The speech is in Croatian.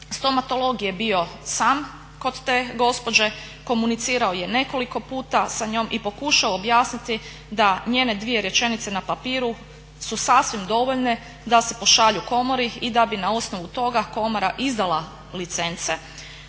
Stomatolog je bio sam kod te gospođe, komunicirao je nekoliko puta sa njom i pokušao objasniti da njene dvije rečenice na papiru su sasvim dovoljne da se pošalju komori i da bi na osnovu toga komora izdala licence